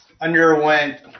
underwent